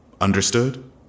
Understood